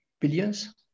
billions